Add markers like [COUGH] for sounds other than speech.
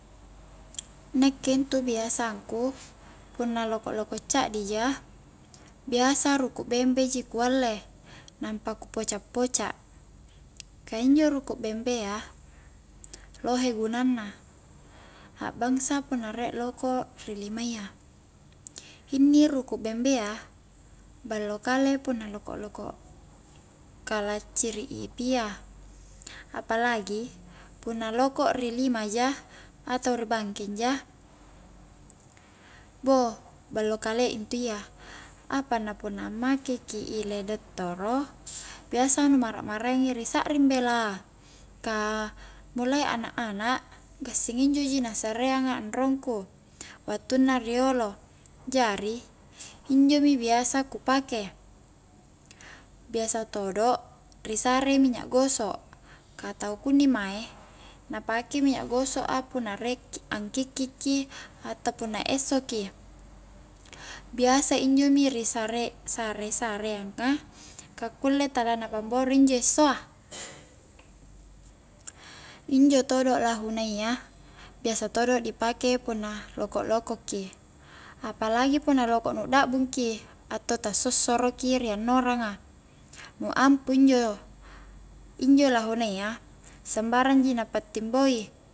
Nakke intu biasangku punna loko'-loko' caddi ja biasa ruku' bembe ji ku alle nampa ku poca-poca' ka injo ruku' bembea lohe gunanna a'bangsa punna rie loko' ri limayya inni ruku' bembea ballo kale punna loko'-loko' ka lacciri i pia apa lagi punna loko' ri lima ja atau ri bangkeng ja [HESITATION] ballo kalia intu iya apana punna ammake ki ile dottoro biasa nu mara'maraengi ri sakring bela ka mulai anak-anak gassing injo ji na sareangnga anrongku wattunna riolo jari injo biasa ku pake biasa todo' ri sare minya gosok ka tau kunni mae na pake minnya goso'a punna rie angkikki ki atau punna esso ki biasa injomi ri sare-sare-sareangnga ka kulle tala na pamboro injo essoa injo todo lahuna iya biasa todo dipake punna loko'-loko' ki apalagi punna loko' nu dakbungki atau tasossoro ki ri annoranga nu ampuh injo injo lahunayya sambarang ji na pa timboi